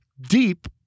deep